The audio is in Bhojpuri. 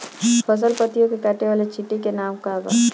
फसल पतियो के काटे वाले चिटि के का नाव बा?